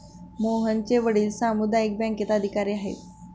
मोहनचे वडील सामुदायिक बँकेत अधिकारी आहेत